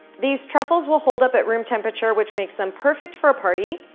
these truffles will hold up at room temperature, which makes them perfect for a party,